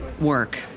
work